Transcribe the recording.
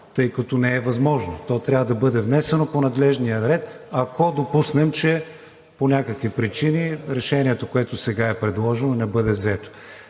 тъй като не е възможно. То трябва да бъде внесено по надлежния ред, ако допуснем, че по някакви причини решението, което сега е предложено, не бъде взето.